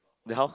then how